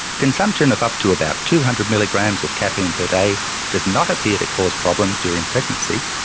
consumption of up to about two hundred milligrams of caffeine per day does not appear to cause problems during pregnancy,